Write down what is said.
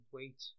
wait